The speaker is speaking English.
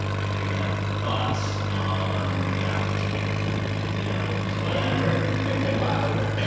if you have thoughts on the mediocrity of the new jay z album whatever wow. ok. and